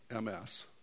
MS